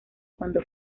cuando